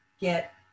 get